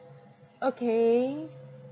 okay